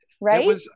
right